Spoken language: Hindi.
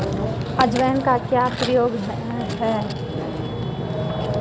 अजवाइन का क्या प्रयोग है?